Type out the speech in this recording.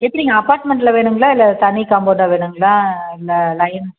எப்படிங்க அபார்மெண்ட்டில் வேணுங்களா இல்லை தனி காம்பவுண்டாக வேணுங்களா இல்லை லயன்